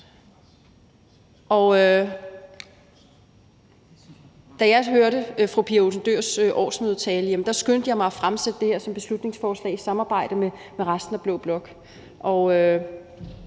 da jeg hørte fru Pia Olsen Dyhrs årsmødetale, skyndte jeg mig at fremsætte det her som beslutningsforslag i samarbejde med resten af blå blok.